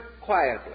quietly